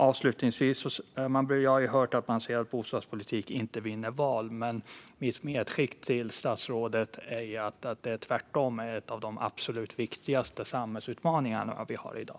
Avslutningsvis: Jag har hört att man säger att bostadspolitik inte vinner val, men mitt medskick till statsrådet är att detta - tvärtom - är en av de absolut viktigaste samhällsutmaningar vi har i dag.